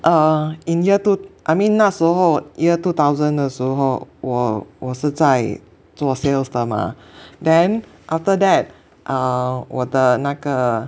err in year two I mean 那时候 year two thousand 的时候我我是在做 sales 的嘛 then after that err 我的那个